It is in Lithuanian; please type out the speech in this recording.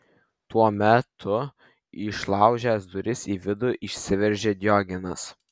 tuo metu išlaužęs duris į vidų įsiveržė diogenas